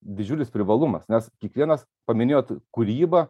didžiulis privalumas nes kiekvienas paminėjot kūrybą